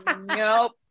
Nope